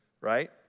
right